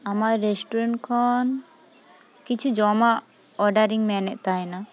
ᱟᱢᱟᱜ ᱨᱮᱥᱴᱩᱨᱮᱱᱴ ᱠᱷᱚᱱ ᱠᱤᱪᱷᱩ ᱡᱚᱢᱟᱜ ᱚᱰᱟᱨᱤᱧ ᱢᱮᱱᱮᱫ ᱛᱟᱦᱮᱱᱟ